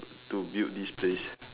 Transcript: to build this place